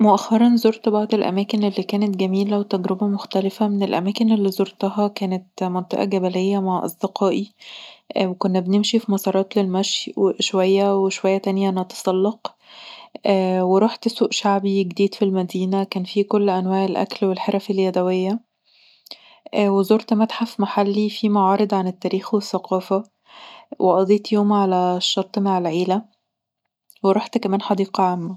مؤخراً، زرت بعض الأماكن اللي كانت جميلة وتجربة مختلفة من الاماكن اللي زرتها كانت منطقه جبليه مع اصدقائي وكنا بنمشي في مسارات للمشي شويه وشوية تانيه نتسلق وروحت سوق شعبي جديد في المدينة. كان فيه كل أنواع الأكل والحرف اليدوية، وزورت متحف محلي فيه معارض عن التاريخ والثقافة، وقضيت يوم علي الشط مع العيله وروحت كمان حديقه عامه